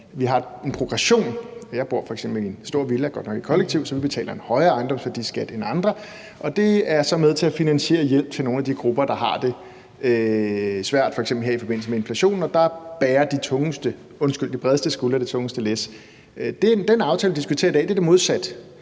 vi har en progression. Jeg bor f.eks. i en stor villa – godt nok i et kollektiv – så vi betaler en højere ejendomsværdiskat end andre, og det er så med til at finansiere hjælp til nogle af de grupper, der har det svært, f.eks. i forbindelse med inflationen. Der bærer de bredeste skuldre det tungeste læs. I den aftale, vi diskuterer i dag, er det modsat.